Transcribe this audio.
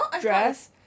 dress